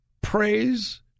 Praise